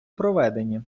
проведені